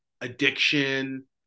addiction